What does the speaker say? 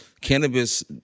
cannabis